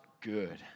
good